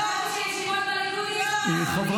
חבר